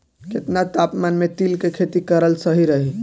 केतना तापमान मे तिल के खेती कराल सही रही?